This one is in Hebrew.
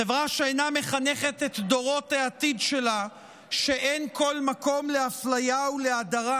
חברה שאינה מחנכת את דורות העתיד שלה שאין כל מקום לאפליה ולהדרה,